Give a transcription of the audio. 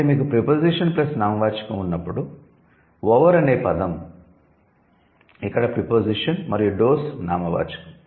కాబట్టి మీకు preposition plus నామవాచకం ఉన్నప్పుడు 'ఓవర్' అనే పదo ఇక్కడ ప్రిపోజిషన్ మరియు 'డోస్' నామవాచకం